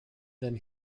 then